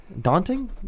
daunting